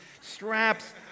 straps